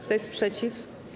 Kto jest przeciw?